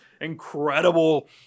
incredible